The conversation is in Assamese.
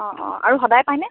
অঁ অঁ আৰু সদায় পায়নে